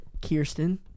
Kirsten